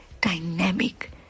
dynamic